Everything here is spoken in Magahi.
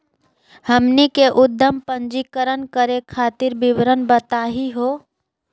हमनी के उद्यम पंजीकरण करे खातीर विवरण बताही हो?